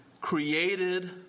created